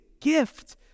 gift